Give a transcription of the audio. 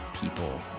People